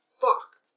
fuck